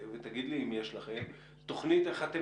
תגיד לי אם יש לכם תוכנית איך אתם